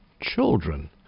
children